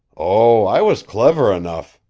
oh, i was clever enough!